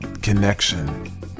connection